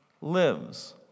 lives